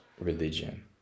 religion